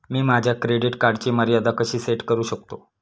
मी माझ्या क्रेडिट कार्डची मर्यादा कशी सेट करू शकतो?